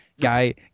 guy